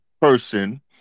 person